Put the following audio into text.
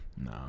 No